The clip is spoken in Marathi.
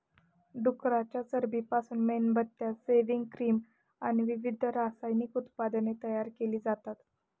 डुकराच्या चरबीपासून मेणबत्त्या, सेव्हिंग क्रीम आणि विविध रासायनिक उत्पादने तयार केली जातात